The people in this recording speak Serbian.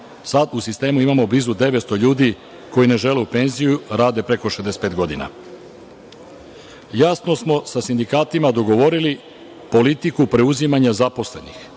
u sistemu imamo blizu 900 ljudi koji ne žele u penziju, a rade preko 65 godina. Jasno smo sa sindikatima dogovorili politiku preuzimanja zaposlenih